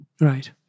right